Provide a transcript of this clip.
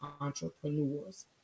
entrepreneurs